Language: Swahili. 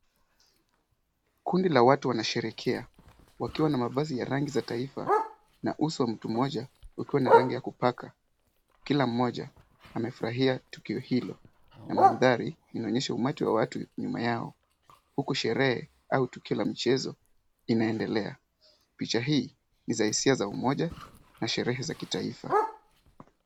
Kundi la watu wanasherekea, wakiwa na mavazi ya rangi za taifa na uso wa mtu mmoja ukiwa na rangi ya kupaka. Kila mmoja amefurahia tukio hilo na mandhari inaonyesha umati wa watu nyuma yao wako sherehe au tukio la michezo inaendelea. Picha hii ni za hisia za umoja na sherehe za kimataifa.